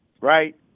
right